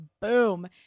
boom